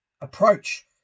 approach